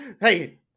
hey